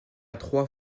trois